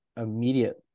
immediate